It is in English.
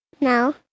No